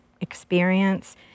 experience